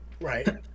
Right